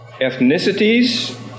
ethnicities